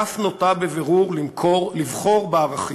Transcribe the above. הכף נוטה בבירור לבחור בערכים.